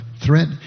threat